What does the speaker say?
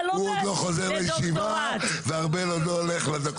כי זה מביא לעצמאות כלכלית.